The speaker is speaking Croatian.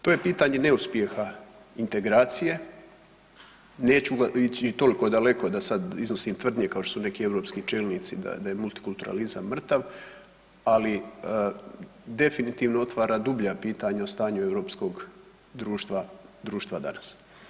To je pitanje neuspjeha integracije, neću ići toliko daleko da sad iznosim tvrdnje kao što su neki europski čelnici, da je multikulturalizam mrtav, ali definitivno otvara dublja pitanja o stanju europskog društva danas.